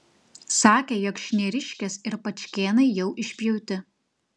sakė jog šnieriškės ir pačkėnai jau išpjauti